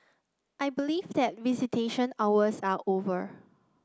I believe that visitation hours are over